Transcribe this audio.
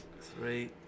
Three